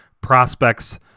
prospects